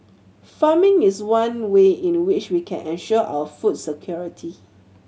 farming is one way in which we can ensure our food security